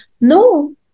no